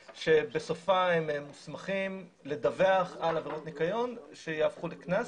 שבסופה הם מוסמכים לדווח על עבירות ניקיון שיהפכו לקנס.